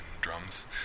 drums